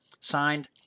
Signed